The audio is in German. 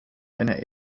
einer